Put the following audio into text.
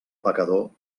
pecador